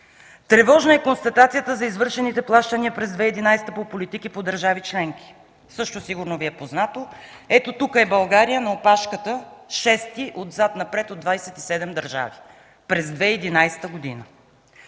Тревожна е констатацията за извършените плащания през 2011 г. по политики по държави членки. Също сигурно Ви е познато. (Показва графика.) Ето, тук е България, на опашката, шеста отзад напред от 27 държави през 2011 г.